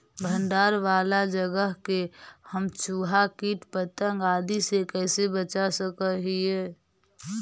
भंडार वाला जगह के हम चुहा, किट पतंग, आदि से कैसे बचा सक हिय?